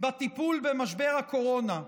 בטיפול במשבר הקורונה,